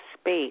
space